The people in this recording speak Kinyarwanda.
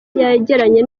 yegeranye